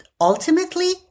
Ultimately